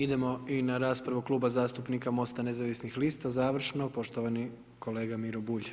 Idemo i na raspravu Kluba zastupnika Most-a nezavisnih lista završno, poštovani kolega Miro Bulj.